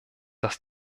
das